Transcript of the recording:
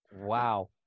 Wow